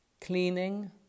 cleaning